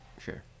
Sure